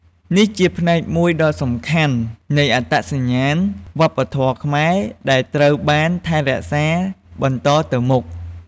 នេះគឺជាផ្នែកមួយដ៏សំខាន់នៃអត្តសញ្ញាណវប្បធម៌ខ្មែរដែលត្រូវបានថែរក្សាបន្តទៅមុខ។